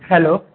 hello